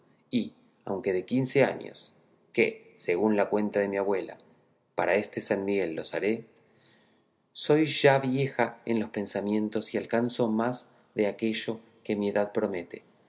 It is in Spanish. y aunque de quince años que según la cuenta de mi abuela para este san miguel los haré soy ya vieja en los pensamientos y alcanzo más de aquello que mi edad promete